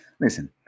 listen